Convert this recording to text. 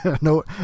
no